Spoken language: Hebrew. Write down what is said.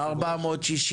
460,